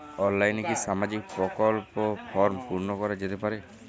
অনলাইনে কি সামাজিক প্রকল্পর ফর্ম পূর্ন করা যেতে পারে?